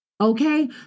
okay